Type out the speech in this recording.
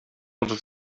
wurde